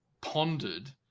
pondered